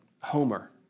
Homer